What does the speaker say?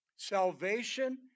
Salvation